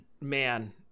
man